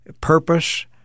purpose